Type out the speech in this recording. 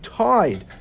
tied